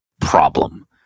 problem